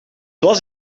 was